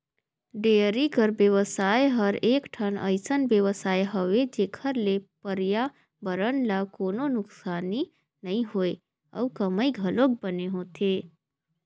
dairy कर बेवसाय हर एकठन अइसन बेवसाय हवे जेखर ले परयाबरन ल कोनों नुकसानी नइ होय अउ कमई घलोक बने होथे